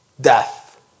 death